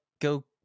go